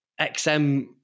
XM